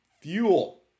fuel